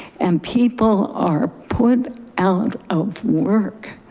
and people are put out of work.